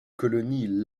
colonie